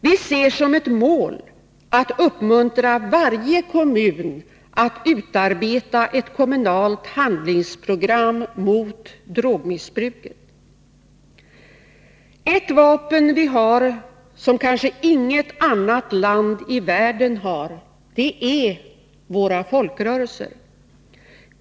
Vi ser som ett mål att uppmuntra varje kommun att utarbeta ett kommunalt handlingsprogram mot drogmissbruket. Ett vapen som vi har, och som kanske inget annat land i världen har, är folkrörelserna.